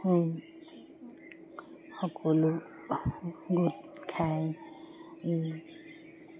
সকলো গোট খাই